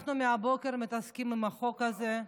אנחנו מהבוקר מתעסקים בחוק הזה.